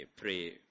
pray